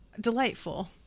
Delightful